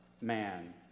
man